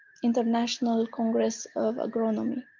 international congress of agronomy.